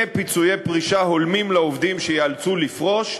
פיצויי פרישה הולמים לעובדים שייאלצו לפרוש,